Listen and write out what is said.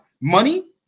Money